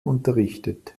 unterrichtet